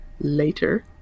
later